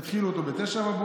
התחילו אותו ב-09:00,